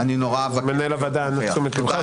מנהל הוועדה לתשומת ליבך,